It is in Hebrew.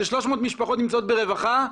ש-300 משפחות נמצאות ברווחה,